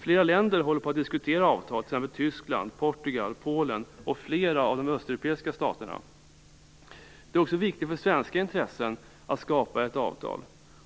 Flera länder håller på att diskutera avtal, t.ex. Tyskland, Portugal, Polen och flera av de östeuropeiska staterna. Det är också viktigt för svenska intressen att skapa ett avtal.